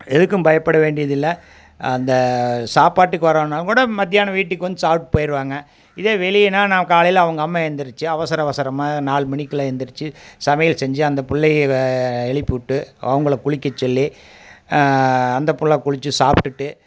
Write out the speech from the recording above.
எதுக்கும் பயப்பட வேண்டியதில்லை அந்த சாப்பாட்டுக்கு வரணா கூட மத்தியானம் வீட்டுக்கு வந்து சாப்ட்டு போயிடுவாங்க இதே வெளியனா நான் காலையில் அவங்க அம்மா எந்துருச்சு அவசர அவசரமாக நாலு மணிக்குள்ளே எந்துருச்சு சமையல் செஞ்சு அந்த புள்ளையை க எழுப்பிவிட்டு அவங்கள குளிக்க சொல்லி அந்த புள்ளை குளிச்சு சாப்டிட்டு